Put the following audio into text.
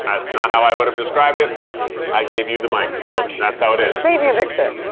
that's not how i would've described it, but i gave you the mic, so that's how it is. paint me a picture.